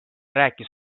rääkis